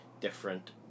different